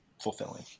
fulfilling